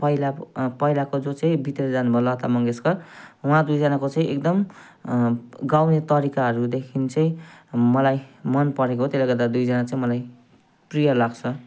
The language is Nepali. पहिलाको पहिलाको जो चाहिँ बितेर जानु भयो लता मङ्गेश्कर उहाँ दुईजनाको चाहिँ एकदम गाउने तरिकाहरूदेखि चाहिँ मलाई मनपरेको हो त्यसले गर्दा दुईजना चाहिँ मलाई प्रिय लाग्छ